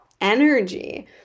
energy